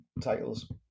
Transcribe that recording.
titles